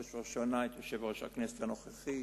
ובראש ובראשונה את יושב-ראש הכנסת הנוכחי,